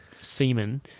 semen